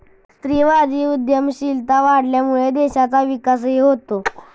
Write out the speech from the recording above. स्त्रीवादी उद्यमशीलता वाढल्यामुळे देशाचा विकासही होतो